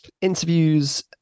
interviews